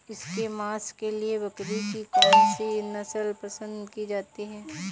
इसके मांस के लिए बकरी की कौन सी नस्ल पसंद की जाती है?